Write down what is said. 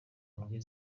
ndwi